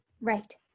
Right